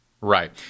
Right